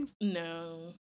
No